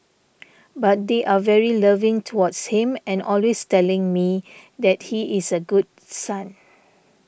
but they are very loving towards him and always telling me that he is a good son